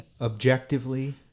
objectively